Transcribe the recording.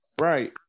right